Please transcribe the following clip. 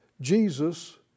Jesus